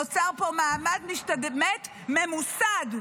נוצר פה מעמד משתמט ממוסד.